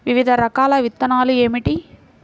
వివిధ రకాల విత్తనాలు ఏమిటి?